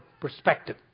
perspective